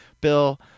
Bill